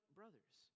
brothers